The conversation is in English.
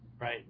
right